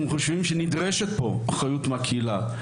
אנחנו חושבים שנדרשת פה אחריות מהקהילה.